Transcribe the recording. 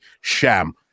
Sham